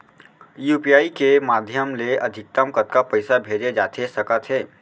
UPI के माधयम ले अधिकतम कतका पइसा भेजे जाथे सकत हे?